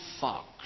fox